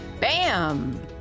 Bam